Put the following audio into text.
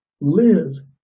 live